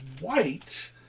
white